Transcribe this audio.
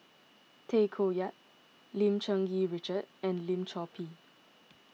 Tay Koh Yat Lim Cherng Yih Richard and Lim Chor Pee